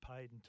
paid